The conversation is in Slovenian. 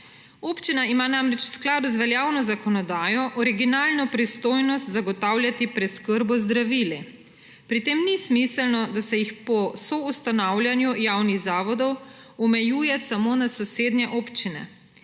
Občina ima namreč v skladu z veljavno zakonodajo originalno pristojnost zagotavljati preskrbo z zdravili, pri tem ni smiselno, da se jih po soustanavljanju javnih zavodov omejuje samo na sosednje občine.